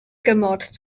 gymorth